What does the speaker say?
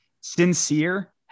Sincere